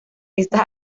estas